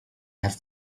have